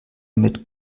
mit